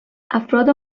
افراد